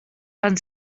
fan